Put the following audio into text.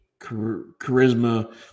charisma